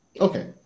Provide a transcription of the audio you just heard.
Okay